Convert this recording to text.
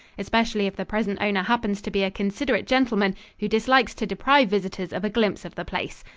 especially if the present owner happens to be a considerate gentleman who dislikes to deprive visitors of a glimpse of the place.